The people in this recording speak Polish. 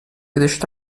gdyż